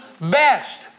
best